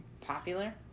popular